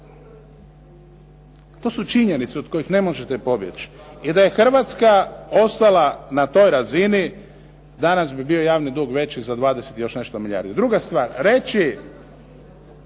To su činjenice od kojih ne možete pobjeći. Jer da je Hrvatska ostala na toj razini, danas bi bio javni dug veći za 20 i još nešto milijardi. Druga stvar, reći